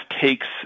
takes